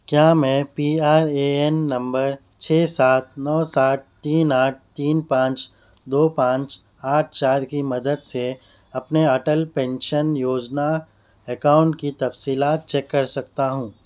کیا میں P R A N number چھ سات نو سات تین آٹھ تین پانچ دو پانچ آٹھ چار کی مدد سے اپنے اٹل پینشن یوجنا اکاؤنٹ کی تفصیلات چیک کر سکتا ہوں